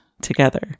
together